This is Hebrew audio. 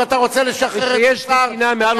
אם אתה רוצה לשחרר את השר,